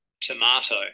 tomato